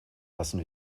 lassen